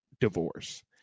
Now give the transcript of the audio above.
divorce